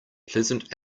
pleasant